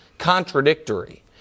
contradictory